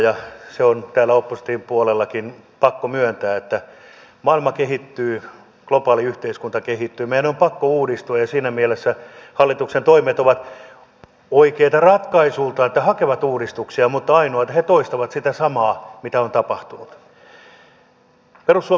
ja se on täällä opposition puolellakin pakko myöntää että maailma kehittyy globaali yhteiskunta kehittyy meidän on pakko uudistua ja siinä mielessä hallituksen toimet ovat oikeita ratkaisuiltaan että hakevat uudistuksia mutta ainoa on se että he toistavat sitä samaa mitä on tapahtunut